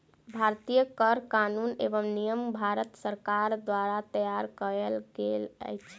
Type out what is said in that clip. भारतीय कर कानून एवं नियम भारत सरकार द्वारा तैयार कयल गेल अछि